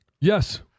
Yes